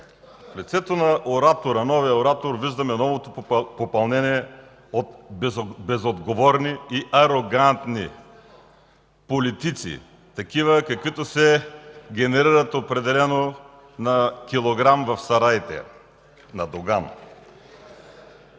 В лицето на новия оратор виждаме новото попълнение от безотговорни и арогантни политици – такива, каквито се генерират определено на килограм в сараите на Доган.